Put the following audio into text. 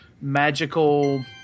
magical